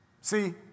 See